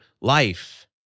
life